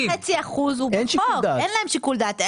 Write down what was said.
ה-1.5% הוא בחוק, אין להם שיקול דעת.